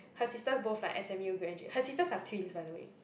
her sisters both like s_m_u graduate her sisters are twins by the way